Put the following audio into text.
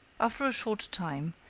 after a short time,